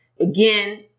again